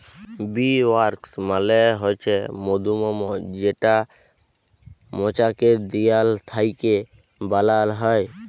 bee wax মালে হছে মধুমম যেটা মচাকের দিয়াল থ্যাইকে বালাল হ্যয়